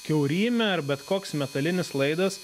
kiaurymė ar bet koks metalinis laidas